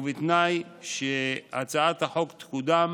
ובתנאי שהצעת החוק תקודם